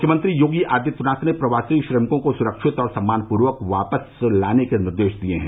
मुख्यमंत्री योगी आदित्यनाथ ने प्रवासी श्रमिकों को सुरक्षित और सम्मानपूर्वक प्रदेश में वापस लाने के निर्देश दिये हैं